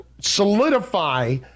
solidify